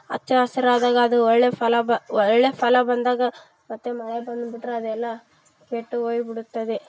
ಹಚ್ಚ ಹಸ್ರಾದಾಗ ಅದು ಒಳ್ಳೆಯ ಫಲ ಬ ಒಳ್ಳೆಯ ಫಲ ಬಂದಾಗ ಮತ್ತೆ ಮಳೆ ಬಂದುಬಿಟ್ರೆ ಅದೆಲ್ಲ ಕೆಟ್ಟು ಹೋಗಿ ಬಿಡುತ್ತದೆ